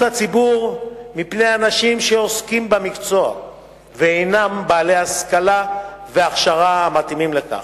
הציבור מפני אנשים שעוסקים במקצוע ואינם בעלי השכלה והכשרה המתאימות לכך.